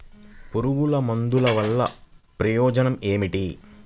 పురుగుల మందుల వల్ల ప్రయోజనం ఏమిటీ?